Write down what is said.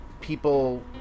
people